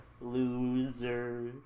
loser